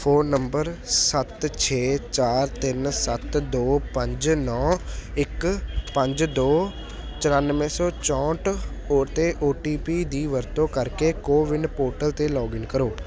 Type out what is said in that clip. phone number ਸੱਤ ਛੇ ਚਾਰ ਤਿੰਨ ਸੱਤ ਦੋ ਪੰਜ ਨੌਂ ਇੱਕ ਪੰਜ ਦੋ ਚੁਰਾਨਵੇਂ ਸੌ ਚੌਂਹਠ ਓੱਤੇ ਓਟੀਪੀ ਦੀ ਵਰਤੋਂ ਕਰਕੇ ਕੋਵਿਨ ਪੋਰਟਲ 'ਤੇ ਲੌਗਇਨ ਕਰੋ